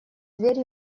дверь